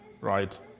right